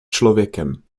člověkem